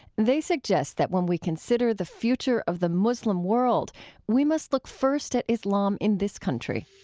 they suggest that when we consider the future of the muslim world we must look first at islam in this country.